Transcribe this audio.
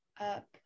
up